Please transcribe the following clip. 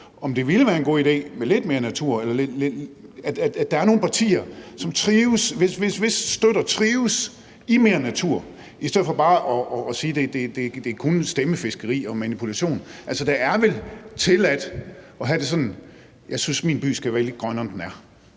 om det ville være en god idé med lidt mere natur – for der er nogle partier, hvis støtter trives i mere natur – i stedet for bare at sige, at det kun er stemmefiskeri og manipulation? Det er vel tilladt at have det sådan og sige: Jeg synes, min by skal være lidt grønnere, end den er?